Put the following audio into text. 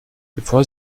bevor